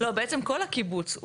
בעצם כל הקיבוץ,